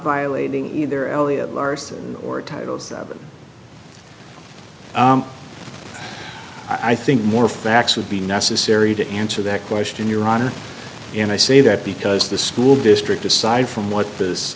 violating either elliot larson or titles of it i think more facts would be necessary to answer that question your honor and i say that because the school district aside from what this